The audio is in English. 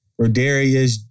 Rodarius